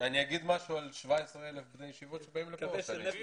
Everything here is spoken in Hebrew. אני אגיד משהו על 17,000 בני ישיבות שבאים לכאן?